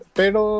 pero